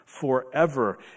forever